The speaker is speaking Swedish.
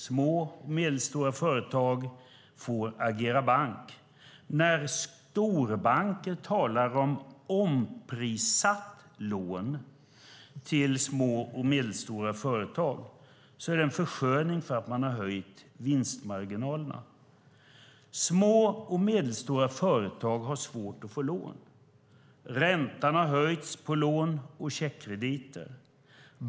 Små och medelstora företag får agera bank. När storbanker talar om omprissatt lån till små och medelstora företag är det en försköning för att de har höjt vinstmarginalerna. Små och medelstora företag har svårt att få lån. Räntan har höjts på lån och checkkrediter.